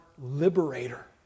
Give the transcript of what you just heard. liberator